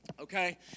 Okay